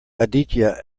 aditya